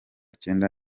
cyenda